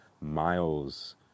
Miles